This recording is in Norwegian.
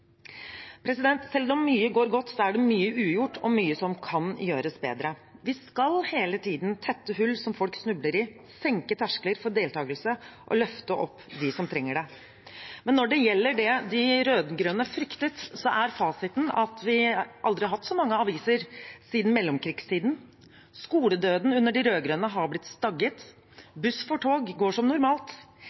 Selv om mye går godt, er det mye ugjort og mye som kan gjøres bedre. Vi skal hele tiden tette hull som folk snubler i, senke terskler for deltakelse og løfte opp dem som trenger det. Men når det gjelder det de rød-grønne fryktet, så er fasiten at vi aldri har hatt så mange aviser siden mellomkrigstiden, skoledøden under de rød-grønne har blitt stagget, buss for tog går som normalt,